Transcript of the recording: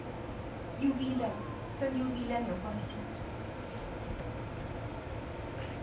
U_V lamp 跟 U_V lamp 有关系